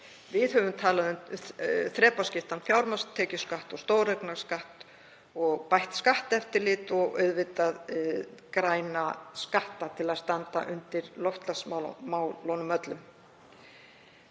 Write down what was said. Við höfum talað um þrepaskiptan fjármagnstekjuskatt og stóreignaskatt og bætt skatteftirlit og auðvitað græna skatta til að standa undir loftslagsmálunum öllum.